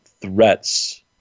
threats